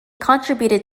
contributed